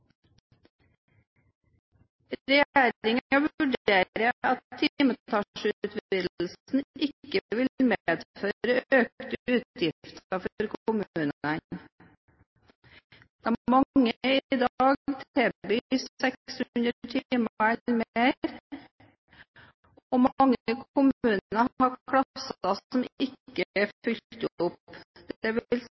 ikke vil medføre økte utgifter for kommunene, da mange i dag tilbyr 600 timer eller mer, og mange kommuner har klasser som ikke er